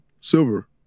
Silver